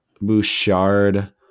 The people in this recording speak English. Bouchard